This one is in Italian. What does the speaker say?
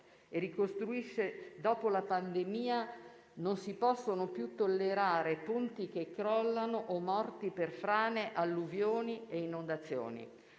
e ricostruisce dopo la pandemia, non si possono più tollerare ponti che crollano o morti per frane, alluvioni e inondazioni.